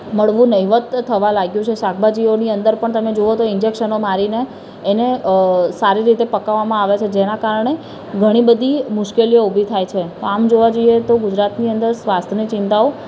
મળવું નહિવત્ થવા લાગ્યું છે શાકભાજીઓની અંદર પણ તમે જુઓ તો ઇન્જૅક્શન મારીને એને સારી રીતે પકવવામાં આવે છે જેના કારણે ઘણી બધી મુશ્કેલીઓ ઉભી થાય છે આમ જોવા જઈએ તો ગુજરાતની અંદર સ્વાસ્થ્યની ચિંતાઓ